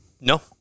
No